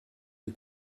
les